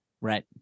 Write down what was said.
Right